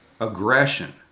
aggression